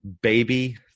baby